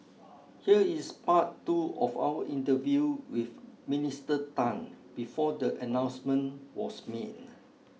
here is part two of our interview with Minister Tan before the announcement was made